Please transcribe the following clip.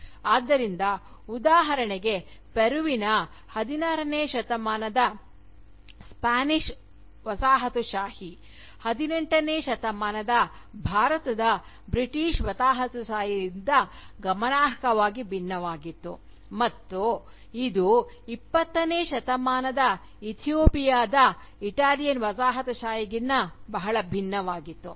ಆದ್ದರಿಂದ ಉದಾಹರಣೆಗೆ ಪೆರುವಿನ 16 ನೇ ಶತಮಾನದ ಸ್ಪ್ಯಾನಿಷ್ ವಸಾಹತುಶಾಹಿ 18 ನೇ ಶತಮಾನದ ಭಾರತದ ಬ್ರಿಟಿಷ್ ವಸಾಹತುಶಾಹಿಗಿಂತ ಗಮನಾರ್ಹವಾಗಿ ಭಿನ್ನವಾಗಿತ್ತು ಇದು ಮತ್ತೆ 20 ನೇ ಶತಮಾನದ ಇಥಿಯೋಪಿಯಾದ ಇಟಾಲಿಯನ್ ವಸಾಹತುಶಾಹಿಗಿಂತ ಬಹಳ ಭಿನ್ನವಾಗಿತ್ತು